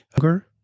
hunger